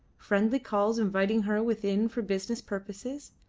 friendly calls inviting her within for business purposes,